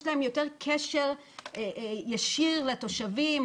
יש להם יותר קשר ישיר לתושבים,